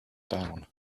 down